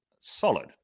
solid